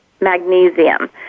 magnesium